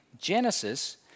Genesis